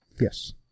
Yes